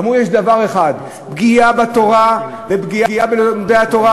אמרו שיש דבר אחד: פגיעה בתורה ופגיעה בלימודי התורה.